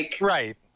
Right